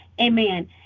amen